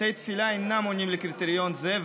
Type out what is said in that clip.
בתי תפילה אינם עונים לקריטריון זה,